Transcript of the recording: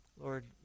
Lord